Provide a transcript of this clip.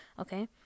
okay